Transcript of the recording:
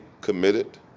committed